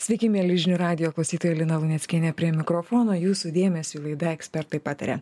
sveiki mieli žinių radijo klausytoja lina luneckienė prie mikrofono jūsų dėmesiui laida ekspertai pataria